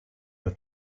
the